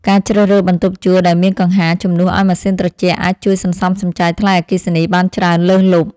ការជ្រើសរើសបន្ទប់ជួលដែលមានកង្ហារជំនួសឱ្យម៉ាស៊ីនត្រជាក់អាចជួយសន្សំសំចៃថ្លៃអគ្គិសនីបានច្រើនលើសលប់។